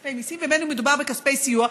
בכספי מיסים ובין שמדובר בכספי סיוע,